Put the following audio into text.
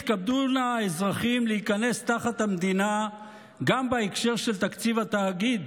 יתכבדו נא האזרחים להיכנס תחת המדינה גם בהקשר של תקציב התאגיד,